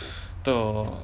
to